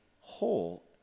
whole